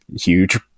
huge